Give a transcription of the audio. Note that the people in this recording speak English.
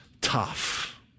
tough